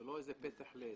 זה לא פתח לבריחה,